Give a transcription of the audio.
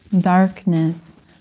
Darkness